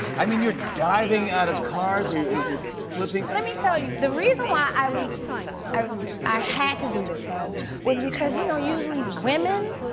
i mean, you're diving out of cars. you're flipping let me tell you. the reason why i was i was i had to do this film was because, you know, usually, women,